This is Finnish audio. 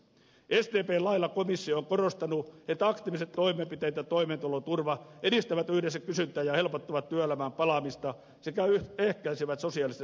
sdpn lailla komissio on korostanut että aktiiviset toimenpiteet ja toimeentuloturva edistävät yhdessä kysyntää ja helpottavat työelämään palaamista sekä ehkäisevät sosiaalista syrjäytyneisyyttä